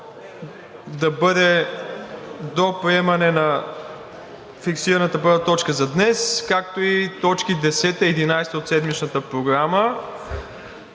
да бъде до приемане на фиксираната първа точка за днес, както и точки 10 и 11 от седмичната програма,